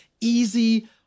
easy